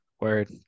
Word